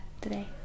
today